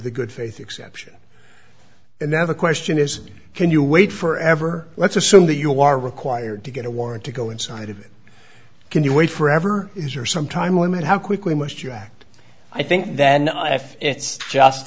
the good faith exception and now the question is can you wait forever let's assume that you are required to get a warrant to go inside of it can you wait forever is are some time limit how quickly must you act i think then if it's just